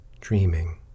dreaming